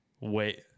Wait